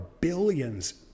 billions